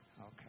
Okay